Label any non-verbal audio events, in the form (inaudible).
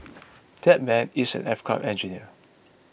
(noise) that man is an aircraft engineer